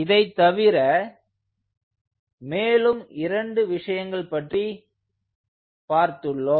இதைத் தவிர மேலும் 2 விஷயங்கள் பற்றி பார்த்துள்ளோம்